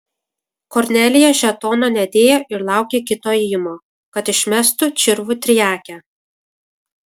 kornelija žetono nedėjo ir laukė kito ėjimo kad išmestų čirvų triakę